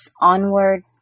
onward